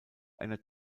einer